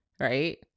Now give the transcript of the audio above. right